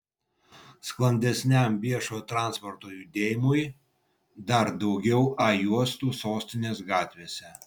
sklandesniam viešojo transporto judėjimui dar daugiau a juostų sostinės gatvėse